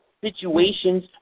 Situations